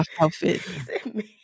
outfit